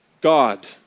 God